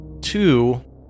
two